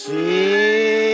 See